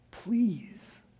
Please